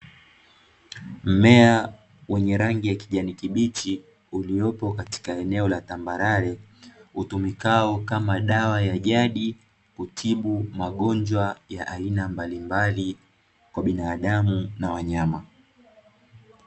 Mmea wenye rangi ya kijani kibichi uliopo katika eneo la tambarare, utumikao kama dawa ya jadi kutibu magonjwa ya aina mbalimbali kwa binadamu na wanyama.